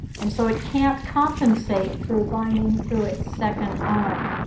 and so it can't compensate through binding through its second arm.